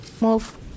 Move